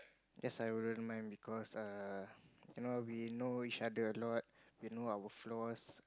yes I won't mind because err you know we know each other a lot we know our flaws